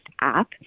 app